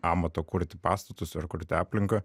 amato kurti pastatus ar kurti aplinką